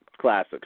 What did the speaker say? classic